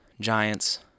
Giants